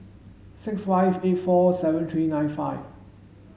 six five eight four seven three nine five